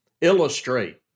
illustrate